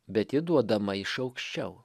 bet ji duodama iš aukščiau